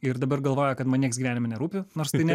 ir dabar galvoja kad man nieks gyvenime nerūpi nors tai ne